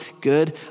Good